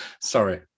Sorry